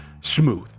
Smooth